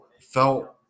felt